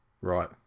Right